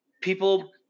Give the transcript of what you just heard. people